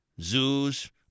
zoos